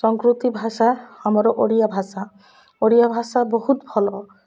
ସଂସ୍କୃତି ଭାଷା ଆମର ଓଡ଼ିଆ ଭାଷା ଓଡ଼ିଆ ଭାଷା ବହୁତ ଭଲ